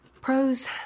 Pros